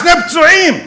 שני פצועים,